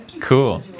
Cool